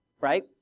right